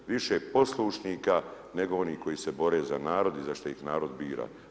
Više poslušnika, nego onih koji se bore za narod i za što ih narod bira.